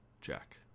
Jack